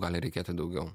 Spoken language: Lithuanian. gali reikėti daugiau